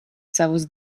savus